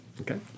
okay